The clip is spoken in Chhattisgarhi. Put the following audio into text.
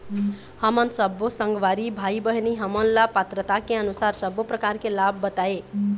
हमन सब्बो संगवारी भाई बहिनी हमन ला पात्रता के अनुसार सब्बो प्रकार के लाभ बताए?